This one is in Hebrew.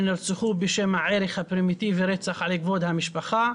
נרצחו בשם הערך הפרימיטיבי "רצח על כבוד המשפחה",